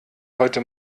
heute